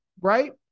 Right